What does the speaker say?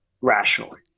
rationally